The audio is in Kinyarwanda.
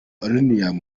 uranium